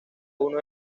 uno